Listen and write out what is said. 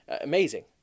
Amazing